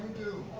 you